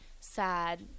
sad